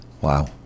Wow